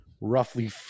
roughly